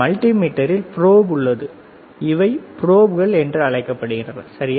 மல்டிமீட்டரில் probe உள்ளது இவை ப்ரொப்கள் என்று அழைக்கப்படுகின்றன சரியா